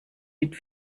mit